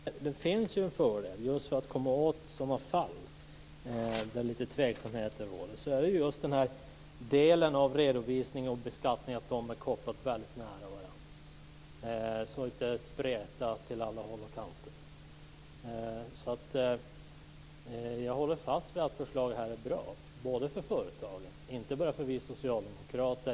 Herr talman! Det är sant, men det finns ju en fördel. Just för att komma åt sådana fall där det råder lite tveksamhet är det ju en fördel att den här delen av redovisningen och beskattningen är kopplade väldigt nära varandra så att det inte spretar åt alla håll och kanter. Jag håller alltså fast vid att det här förslaget är bra även för företagen, inte bara för oss socialdemokrater.